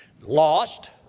lost